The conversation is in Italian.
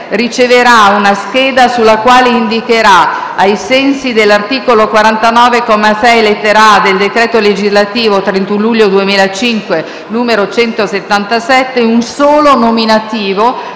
riceverà una scheda sulla quale indicherà, ai sensi dell'articolo 49, comma 6, lettera *a)*, del decreto legislativo 31 luglio 2005, n. 177, un solo nominativo